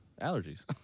allergies